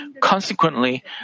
Consequently